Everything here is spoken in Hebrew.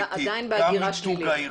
עדיין בהגירה שלילית.